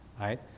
right